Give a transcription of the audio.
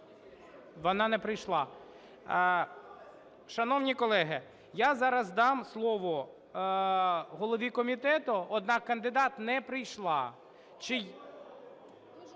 Вона не прийшла. Шановні колеги, я зараз дам слово голові комітету, однак кандидат не прийшла.